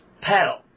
pedal